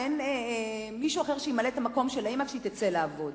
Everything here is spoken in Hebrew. שאין מישהו אחר שימלא את מקומה של האמא כשהיא תצא לעבוד.